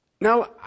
Now